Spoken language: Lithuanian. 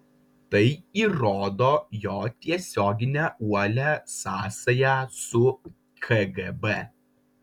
tai įrodo jo tiesioginę uolią sąsają su kgb